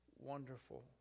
wonderful